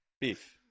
Beef